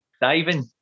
Diving